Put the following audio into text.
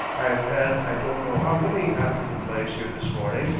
i have had i don't know how many after the place here this morning,